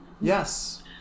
yes